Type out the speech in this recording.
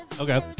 Okay